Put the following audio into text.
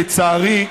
לצערי,